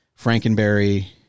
Frankenberry